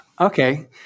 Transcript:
Okay